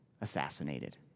assassinated